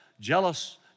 Jealous